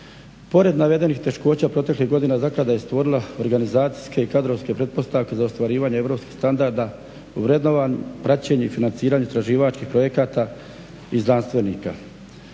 Pored navedenih teškoća u proteklih godina zaklada je stvorila organizacijske i kadrovske pretpostavke za ostvarivanje europskih standarda u vrednovanju, praćenju i financiranju istraživačkih projekata i znanstvenika.